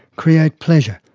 create pleasure,